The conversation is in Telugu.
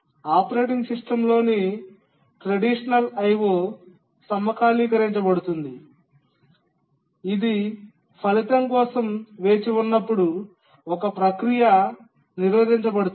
ఆపరేటింగ్ సిస్టమ్లోని సాంప్రదాయ I O సమకాలీకరించబడుతుంది ఇది ఫలితం కోసం వేచి ఉన్నప్పుడు ఒక ప్రక్రియ నిరోధించబడుతుంది